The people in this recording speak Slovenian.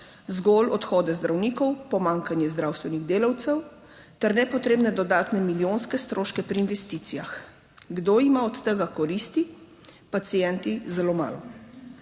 zgolj odhode zdravnikov, pomanjkanje zdravstvenih delavcev ter nepotrebne dodatne milijonske stroške pri investicijah. Kdo ima od tega koristi? Pacienti zelo malo.